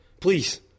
please